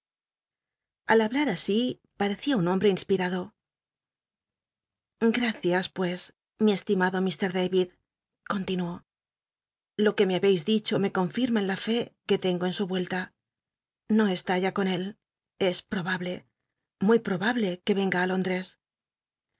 al hablar así parecía un hombre inspilado gracias pues mi estimado h david continuó lo que me babcis dicho me confirma en la fe que tengo en su mella xo cst í ya con él e probable muy probable que venga